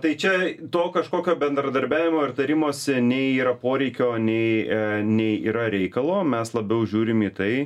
tai čia to kažkokio bendradarbiavimo ir tarimosi nei yra poreikio nei nei yra reikalo mes labiau žiūrime į tai